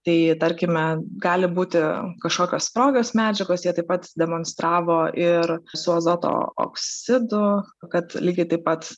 tai tarkime gali būti kažkokios sprogios medžiagos jie taip pat demonstravo ir su azoto oksidu kad lygiai taip pat